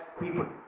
people